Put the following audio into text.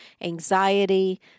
anxiety